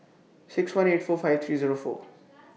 six one eight four five three Zero four